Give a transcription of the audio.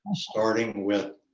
starting with